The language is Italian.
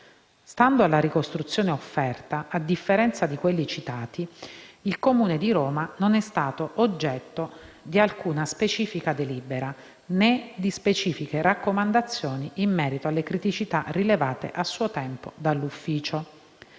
Stando alla ricostruzione offerta, a differenza di quelli citati, il Comune di Roma «non è stato oggetto di alcuna specifica delibera, né di specifiche raccomandazioni in merito alle criticità rilevate a suo tempo dall’ufficio».